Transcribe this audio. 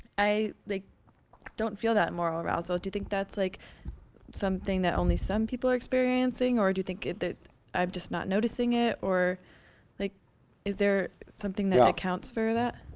i like don't feel that moral arousal. do you think that's like something that only some people are experiencing, or do you think that um just not noticing it, or like is there something that accounts for that?